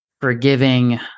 forgiving